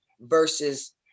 versus